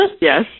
Yes